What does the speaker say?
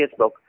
Facebook